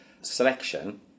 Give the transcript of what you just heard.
selection